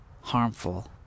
harmful